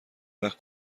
وقت